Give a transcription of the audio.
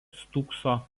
stūkso